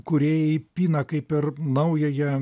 kūrėjai pina kaip ir naująją